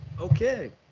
Okay